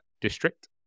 district